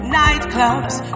nightclubs